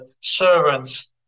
servants